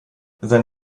sein